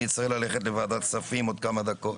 אני צריך ללכת לוועדת כספים עוד כמה דקות.